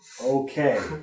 Okay